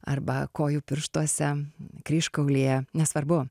arba kojų pirštuose kryžkaulyje nesvarbu